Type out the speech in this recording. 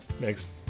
Next